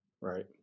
Right